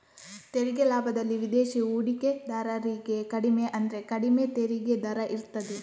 ತೆರಿಗೆ ಲಾಭದಲ್ಲಿ ವಿದೇಶಿ ಹೂಡಿಕೆದಾರರಿಗೆ ಕಡಿಮೆ ಅಂದ್ರೆ ಕಡಿಮೆ ತೆರಿಗೆ ದರ ಇರ್ತದೆ